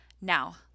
Now